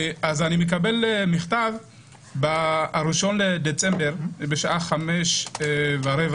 אני מקבל מכתב ב-1 בדצמבר בשעה 17:15: